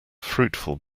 fruitful